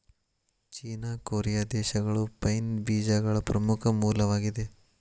ಚೇನಾ, Korea ದೇಶಗಳು pine ಬೇಜಗಳ ಪ್ರಮುಖ ಮೂಲವಾಗಿದೆ